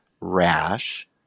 rash